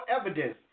evidence